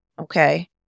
okay